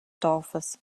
dorfes